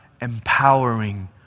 empowering